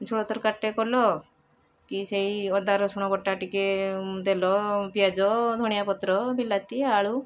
ଝୋଳ ତରକାରୀ ଟେ କଲ କି ସେଇ ଅଦା ରସୁଣ ବଟା ଟିକେ ଦେଲ ପିଆଜ ଧଣିଆ ପତ୍ର ବିଲାତି ଆଳୁ